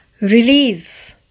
release